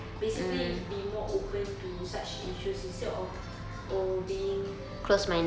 basically be more open to such issues instead of oh being